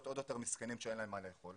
עוד יותר מסכנים ואין להם מה לאכול.